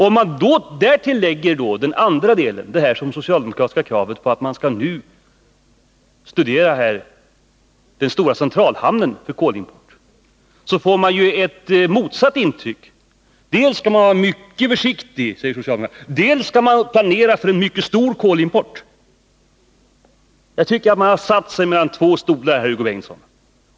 Om man därtill lägger den andra delen av det socialdemokratiska kravet, att man nu skall studera förutsättningarna för en stor centralhamn för kolimporten, får man intryck av motsatta ståndpunkter: dels skall man, säger socialdemokraterna, vara mycket försiktig, dels skall man planera för en mycket stor kolimport. Jag tycker att socialdemokraterna har satt sig mellan två stolar, Hugo Bengtsson.